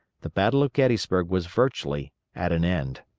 the battle of gettysburg was virtually at an end.